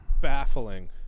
baffling